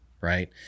right